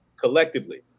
collectively